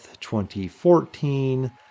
2014